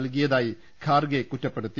നൽകിയ്തായി ഖാർഗെ കുറ്റ പ്പെടുത്തി